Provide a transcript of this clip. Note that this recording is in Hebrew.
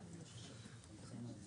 הישיבה נעולה.